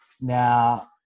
now